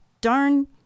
darn